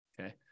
Okay